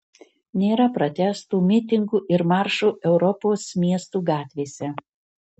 nėra protestų mitingų ir maršų europos miestų gatvėse